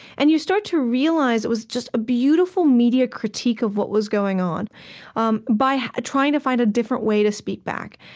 and you start to realize it was just a beautiful media critique of what was going on um by trying to find a different way to speak back.